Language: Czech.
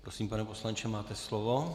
Prosím, pane poslanče, máte slovo.